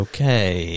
Okay